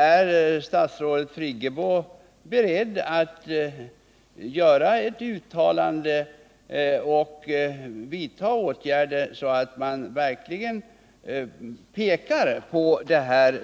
Är statsrådet Friggebo beredd att göra ett uttalande och vidta åtgärder, så att de här